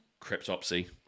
Cryptopsy